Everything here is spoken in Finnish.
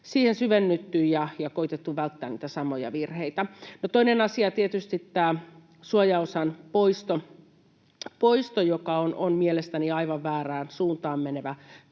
tässä syvennytty ja koetettu välttää niitä samoja virheitä. No, toinen asia on tietysti tämä suojaosan poisto, joka on mielestäni aivan väärään suuntaan menevä toimi.